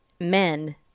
men